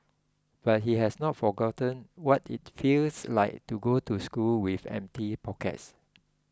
but he has not forgotten what it feels like to go to school with empty pockets